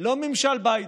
לא ממשל ביידן,